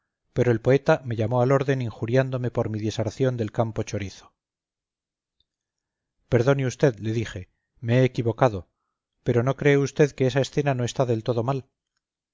pero el poeta me llamó al orden injuriándome por mi deserción del campo chorizo perdone vd le dije me he equivocado pero no cree vd que esa escena no está del todo mal